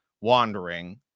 wandering